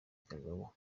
gbagbo